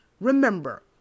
Remember